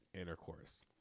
intercourse